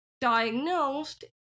diagnosed